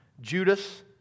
Judas